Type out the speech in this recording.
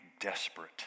desperate